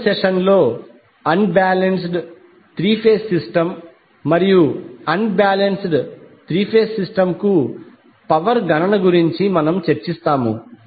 తదుపరి సెషన్లో unbalanced three phase system మరియు unbalanced three phase system కు పవర్ గణన గురించి చర్చిస్తాము